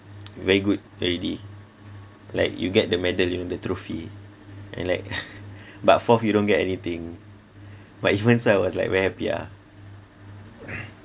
very good already like you get the medal you know the trophy and like but fourth you don't get anything but even so I was like very happy ah